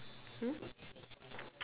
hmm